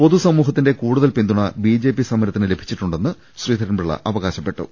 പൊതുസമൂഹത്തിന്റെ കൂടുതൽ പിന്തുണ ബിജെപി സമ രത്തിന് ലഭിച്ചിട്ടുണ്ടെന്ന് ശ്രീധരൻപിള്ള് അവകാശപ്പെട്ടു